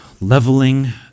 leveling